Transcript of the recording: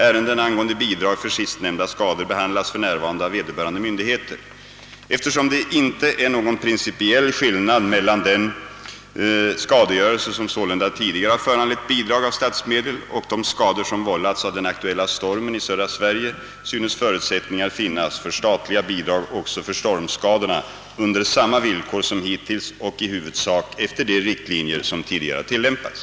Ärenden angående bidrag för sistnämnda skador behandlas för närvarande av vederbörande myndigheter. Eftersom det inte är någon principiell skillnad mellan den skadegörelse som sålunda tidigare har föranlett bidrag av statsmedel och de skador som vållats av den aktuella stormen i södra Sverige synes förutsättningar finnas för statliga bidrag också för stormskadorna under samma villkor som hittills och i huvudsak efter de riktlinjer som tidigare har tillämpats.